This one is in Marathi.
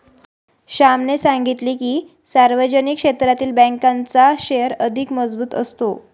श्यामने सांगितले की, सार्वजनिक क्षेत्रातील बँकांचा शेअर अधिक मजबूत असतो